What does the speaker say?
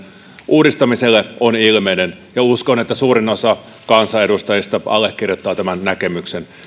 uudistamiselle on ilmeinen ja uskon että suurin osa kansanedustajista allekirjoittaa tämän näkemyksen